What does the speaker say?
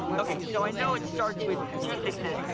okay, so i know it starts with two sixes,